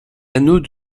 anneau